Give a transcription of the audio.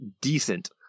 decent